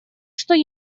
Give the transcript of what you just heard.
что